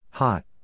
Hot